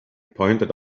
pointed